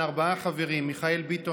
ארבעה חברים: מיכאל ביטון,